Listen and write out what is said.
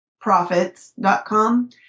profits.com